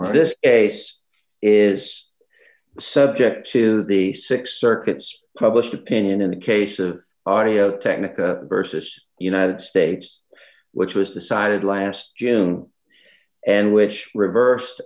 this ace is subject to the six circuits published opinion in the case of audio technica versus united states which was decided last june and which reversed